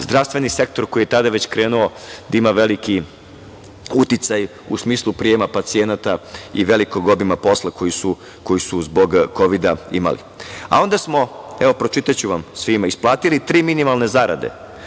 zdravstveni sektor koji je tada već krenuo da ima veliki uticaj u smislu prijema pacijenata i velikog obima posla koji su zbog kovida imali. Onda smo, evo pročitaću vam, svima isplatili tri minimalne zarade,